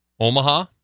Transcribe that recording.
Omaha